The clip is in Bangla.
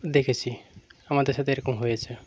দেখেছি আমাদের সাথে এরকম হয়েছে